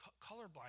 colorblind